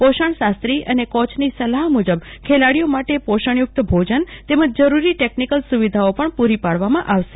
પોષજાશાસ્ત્રી અને કોચની સલાહ મુજબ ખેલાડીઓ માટે પોષણયુક્ત ભોજન તેમજ જરૂરી ટેકનિકલ સુવિધાઓ પજ્ઞ પુરી પાડવામાં આવશે